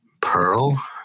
Pearl